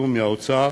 שהאוצר